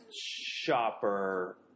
shopper